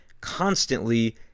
constantly